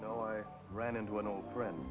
so i ran into an old friend